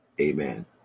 Amen